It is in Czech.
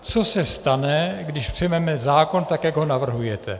Co se stane, když přijmeme zákon tak, jak ho navrhujete?